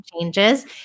changes